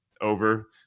over